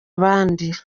abandi